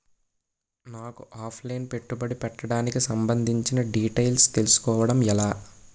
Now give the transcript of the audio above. నాకు offline పెట్టుబడి పెట్టడానికి సంబందించిన డీటైల్స్ తెలుసుకోవడం ఎలా?